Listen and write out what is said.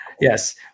Yes